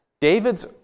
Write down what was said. David's